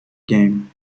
game